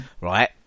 right